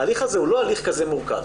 ההליך הזה הוא לא הליך כזה מורכב.